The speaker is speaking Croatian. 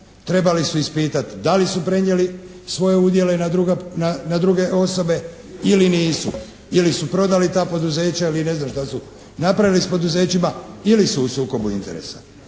trebali su ispitati da li su prenijeli svoje udjele na druge osobe ili nisu. Ili su prodali ta poduzeća ili ne znam što su napravili s poduzećima ili su u sukobu interesa.